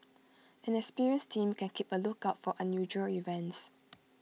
an experienced team can keep A lookout for unusual events